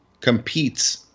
competes